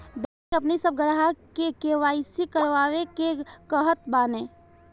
bank अपनी सब ग्राहकन के के.वाई.सी करवावे के कहत बाने